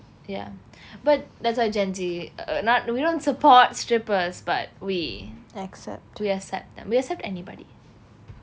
ya but that's why gen Z not we don't support strippers but we we accept them we accept anybody